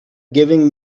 giving